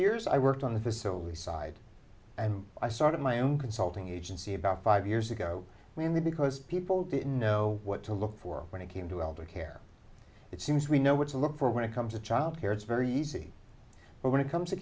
years i worked on this so we side and i started my own consulting agency about five years ago when the because people didn't know what to look for when it came to elder care it seems we know what to look for when it comes to child care it's very easy but when it comes to